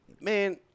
man